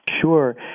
Sure